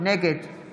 נגד